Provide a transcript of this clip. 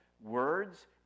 words